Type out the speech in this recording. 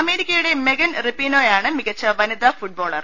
അമേരിക്കയുടെ മെഗൻ റെപീനോയാണ് മികച്ച വനിതാ ഫുട്ബോളർ